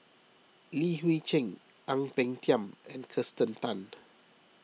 Li Hui Cheng Ang Peng Tiam and Kirsten Tan